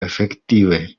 efektive